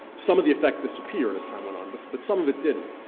some of the effect disappeared as time went on, but but some of it didn't.